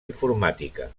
informàtica